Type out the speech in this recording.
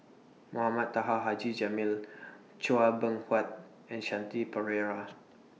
Mohamed Taha Haji Jamil Chua Beng Huat and Shanti Pereira